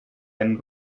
einen